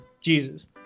jesus